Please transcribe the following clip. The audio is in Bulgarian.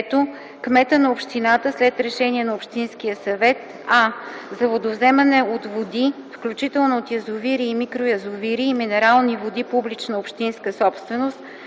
кмета на общината след решение на общинския съвет: а) за водовземане от води, включително от язовири и микроязовири и минерални води - публична общинска собственост,